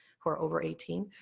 who are over eighteen,